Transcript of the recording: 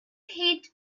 heat